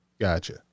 Gotcha